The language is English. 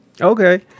Okay